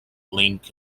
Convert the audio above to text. link